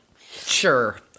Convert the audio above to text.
Sure